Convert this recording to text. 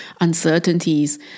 uncertainties